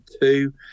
two